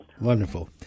Wonderful